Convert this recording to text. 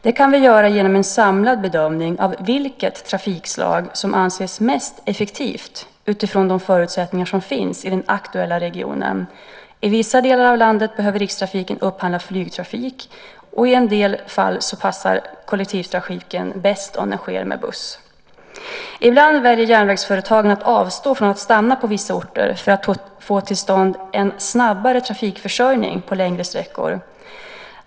Det kan vi göra genom en samlad bedömning av vilket trafikslag som anses mest effektivt utifrån de förutsättningar som finns i den aktuella regionen. I vissa delar av landet behöver Rikstrafiken upphandla flygtrafik, och i en del fall passar kollektivtrafiken bäst om den sker med buss. Ibland väljer järnvägsföretagen att avstå från att stanna på vissa orter för att få till stånd en snabbare trafikförsörjning på längre sträckor.